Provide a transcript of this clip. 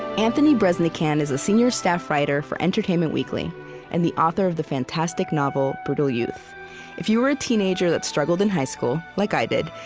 anthony breznican is a senior staff writer for entertainment weekly and the author of the fantastic novel, brutal youth if you were a teenager that struggled in high school, like i did,